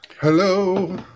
hello